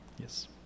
Yes